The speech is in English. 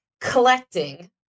collecting